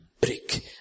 brick